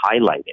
highlighted